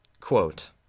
quote